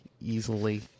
easily